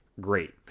great